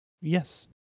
yes